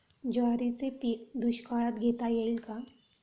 ज्वारीचे पीक दुष्काळात घेता येईल का?